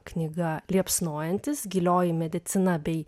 knyga liepsnojantys gilioji medicina bei